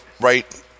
right